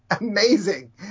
amazing